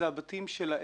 זה הבתים שלהם,